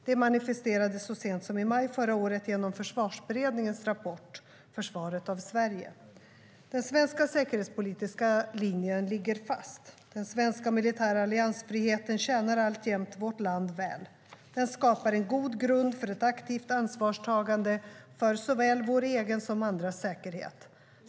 Det manifesterades så sent som i maj förra året genom Försvarsberedningens rapport Försvaret av SverigeDen svenska säkerhetspolitiska linjen ligger fast. Den svenska militära alliansfriheten tjänar alltjämt vårt land väl. Den skapar en god grund för ett aktivt ansvarstagande för såväl vår egen som andras säkerhet.